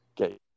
okay